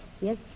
Yes